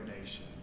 nation